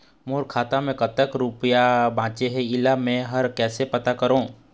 मोर खाता म कतक रुपया बांचे हे, इला मैं हर कैसे पता करों?